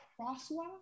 crosswalk